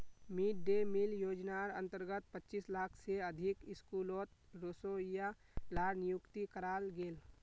mid day meal योज्नार अंतर्गत पच्चीस लाख से अधिक स्कूलोत रोसोइया लार नियुक्ति कराल गेल